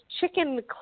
chicken